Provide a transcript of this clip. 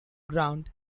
ground